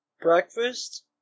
Breakfast